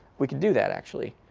we could do that, actually.